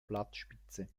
blattspitze